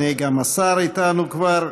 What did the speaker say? הינה, גם השר כבר איתנו.